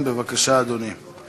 הצבעה